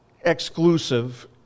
exclusive